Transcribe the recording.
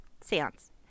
seance